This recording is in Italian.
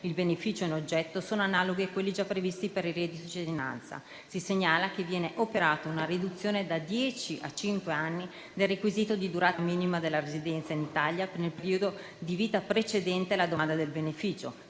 il beneficio in oggetto sono analoghi a quelli già previsti per il reddito di cittadinanza. Si segnala che viene operata una riduzione da dieci a cinque anni del requisito di durata minima della residenza in Italia nel periodo di vita precedente alla domanda del beneficio,